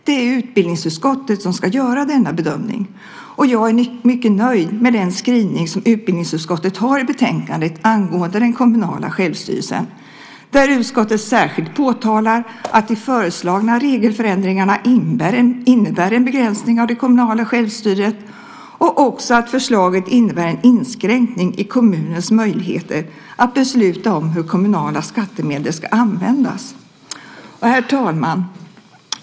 Det är utbildningsutskottet som ska göra denna bedömning, och jag är mycket nöjd med den skrivning som utbildningsutskottet har i betänkandet angående den kommunala självstyrelsen. Där påtalar utskottet särskilt att de föreslagna regelförändringarna innebär en begränsning av det kommunala självstyret, och också att förslaget innebär en inskränkning i kommunens möjligheter att besluta om hur kommunala skattemedel ska användas. Herr talman!